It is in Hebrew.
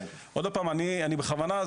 עוד פעם בכוונה,